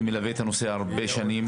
אני מלווה את הנושא הרבה שנים.